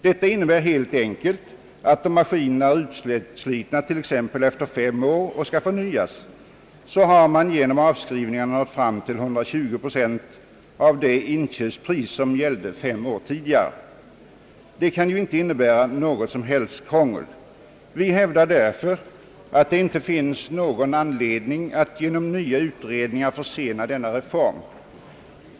Det innebär helt enkelt, att om maskinerna är utslitna t.ex. efter fem år och skall förnyas så har man genom avskrivningarna nått fram till 120 procent av det inköpspris som gällde fem år tidigare. Detta kan ju inte innebära något som helst krångel. Vi hävdar därför att det inte finns någon anledning att genom nya utredningar försena denna reform.